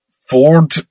Ford